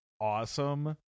awesome